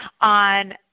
on